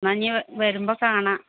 എന്നാൽ ഇനി വരുമ്പോൾ കാണാം